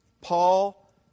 Paul